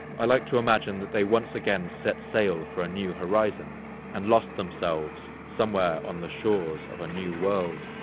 i like to imagine that they once again set sail for a new horizon and lost themselves somewhere on the shores of a new world.